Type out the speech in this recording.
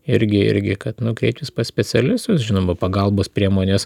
irgi irgi kad nukreipkis pas specialistus žinoma pagalbos priemonės